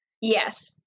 yes